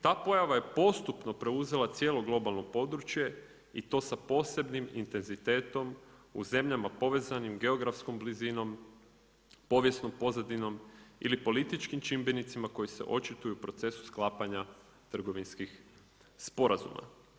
Ta pojava je postupno preuzela cijelo globalno područje i to sa posebnim intenzitetom u zemljama povezanim geografskom blizinom, povijesnom pozadinom ili političkim čimbenicima koji se očituju u procesu sklapanja trgovinskih sporazuma.